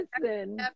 Listen